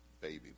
baby